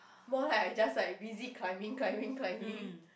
more like I just like busy climbing climbing climbing